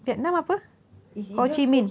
vietnam apa ho chi minh